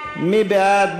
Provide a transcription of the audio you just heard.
מי בעד?